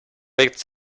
its